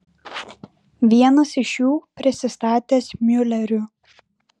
vienas iš jų prisistatęs miuleriu